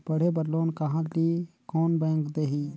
पढ़े बर लोन कहा ली? कोन बैंक देही?